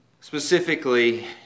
specifically